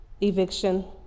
eviction